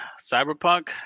Cyberpunk